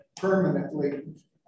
permanently